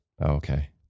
okay